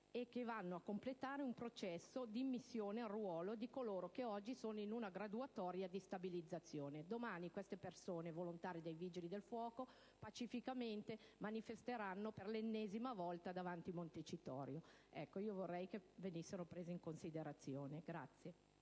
che vanno a completare un processo di immissione in ruolo di coloro che oggi sono in una graduatoria di stabilizzazione. Domani queste persone, volontari dei Vigili del fuoco, pacificamente manifesteranno per l'ennesima volta davanti a Montecitorio. Ecco, vorrei che venissero prese in considerazione.